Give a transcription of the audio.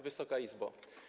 Wysoka Izbo!